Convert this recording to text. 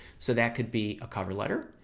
so that could be a cover letter,